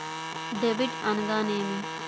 Debit అనగానేమి?